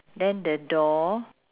then the door